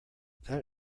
that